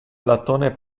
platone